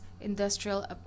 industrial